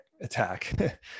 attack